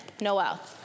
Noel